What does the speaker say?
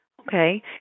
Okay